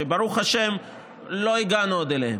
שברוך השם עוד לא הגענו אליהם.